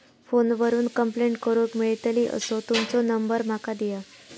Phone करून complaint करूक मेलतली असो तुमचो नंबर माका दिया?